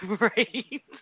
Right